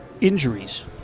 injuries